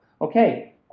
okay